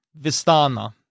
Vistana